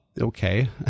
okay